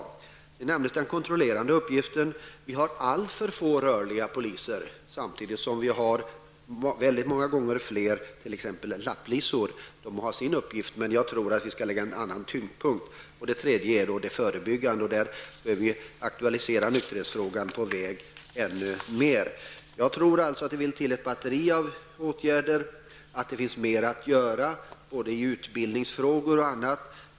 Statsrådet nämnde den kontrollerande uppgiften. Det finns alltför för få rörliga poliser samtidigt som det finns många gånger fler lapplisor, som givetvis har sin uppgift, men jag anser att vi skall lägga tyngdpunkten på annat. En annan viktig sak är det förebyggande arbetet, och där bör frågan om nykterhet på väg aktualiseras ännu mer. Jag anser att det måste till ett helt batteri av åtgärder och att det finns mer att göra när det gäller utbildning och annat.